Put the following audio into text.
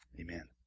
amen